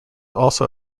also